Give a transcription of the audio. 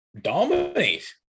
dominate